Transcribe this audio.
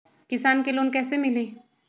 किसान के लोन कैसे मिली?